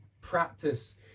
practice